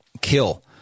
kill